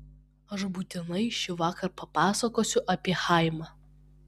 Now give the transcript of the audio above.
aš būtinai šįvakar papasakosiu apie chaimą